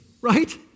Right